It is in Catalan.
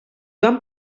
van